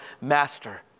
master